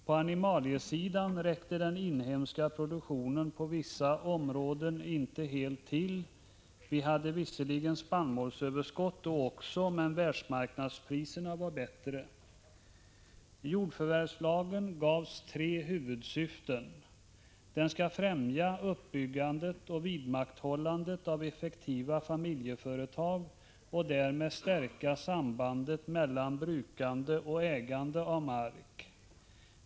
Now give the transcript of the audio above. På animaliesidan räckte den inhemska produktionen på vissa områden inte helt till. Vi hade visserligen spannmålsöverskott då också, men världsmarknadspriserna var bättre. Jordförvärvslagen gavs tre huvudsyften. Den skall främja uppbyggandet och vidmakthållandet av effektiva familjeföretag och därmed stärka sambandet mellan brukande och ägande av mark.